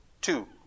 two